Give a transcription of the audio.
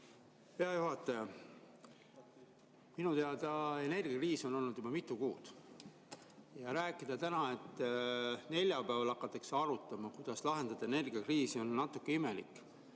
Hea juhataja! Minu teada on energiakriis olnud juba mitu kuud. Rääkida täna, et neljapäeval hakatakse arutama, kuidas lahendada energiakriisi, on natuke imelik.